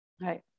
Right